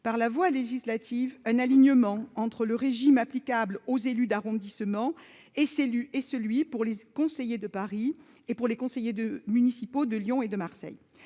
par la voie législative un alignement entre le régime applicable aux élus d'arrondissement et-ce et celui pour les conseillers de Paris et pour les conseillers de municipaux de Lyon et de Marseille,